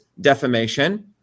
defamation